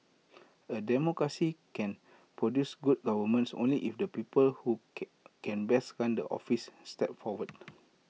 A democracy can produce good governance only if the people who can can best run the office step forward